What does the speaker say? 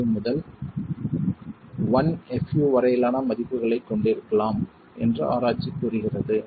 75 முதல் 1 fu வரையிலான மதிப்புகளைக் கொண்டிருக்கலாம் என்று ஆராய்ச்சி கூறுகிறது